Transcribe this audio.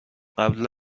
قبل